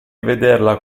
vederla